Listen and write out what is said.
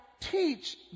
teach